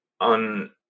on